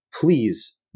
please